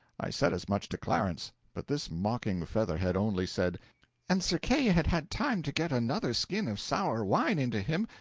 i said as much to clarence but this mocking featherhead only said an sir kay had had time to get another skin of sour wine into him,